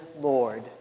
Lord